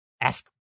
ask